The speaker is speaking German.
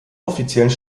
offiziellen